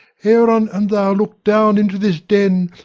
aaron and thou look down into this den,